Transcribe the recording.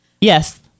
Yes